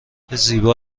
زیبا